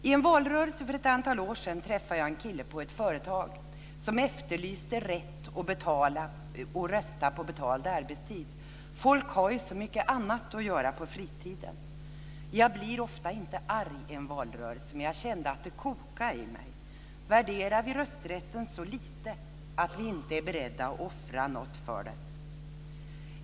I en valrörelse för ett antal år sedan träffade jag på ett företag en kille som efterlyste rätten att rösta på betald arbetstid - folk har ju så mycket annat att göra på fritiden. Jag blir inte ofta arg i en valrörelse men då kände jag att det kokade i mig. Värderar vi rösträtten så lågt att vi inte är beredda att offra något för den?